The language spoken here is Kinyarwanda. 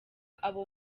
abo